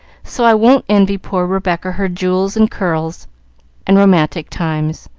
so i won't envy poor rebecca her jewels and curls and romantic times,